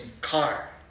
car